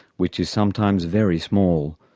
which is sometimes very small,